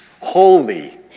holy